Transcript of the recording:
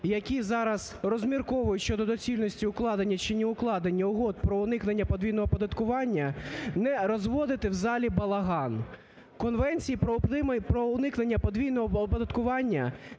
які зараз розмірковують щодо доцільності укладення чи неукладення угод про уникнення подвійного оподаткування, не розводити в залі балаган. Конвенції про уникнення подвійного оподаткування